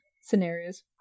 scenarios